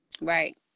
right